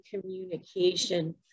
communication